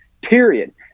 period